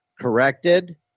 corrected